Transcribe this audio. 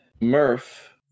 Murph